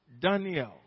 Daniel